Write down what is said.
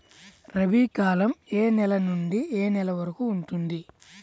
రబీ కాలం ఏ నెల నుండి ఏ నెల వరకు ఉంటుంది?